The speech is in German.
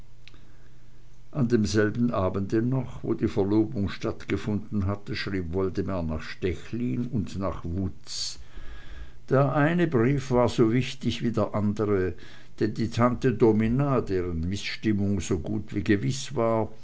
an demselben abende noch wo die verlobung stattgefunden hatte schrieb woldemar nach stechlin und nach wutz der eine brief war so wichtig wie der andre denn die tante domina deren mißstimmung so gut wie gewiß war